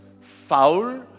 foul